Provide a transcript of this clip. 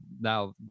now